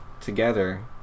together